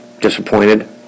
disappointed